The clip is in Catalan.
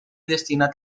destinat